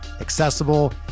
accessible